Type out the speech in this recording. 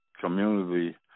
community